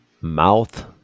mouth